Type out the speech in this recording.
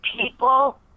people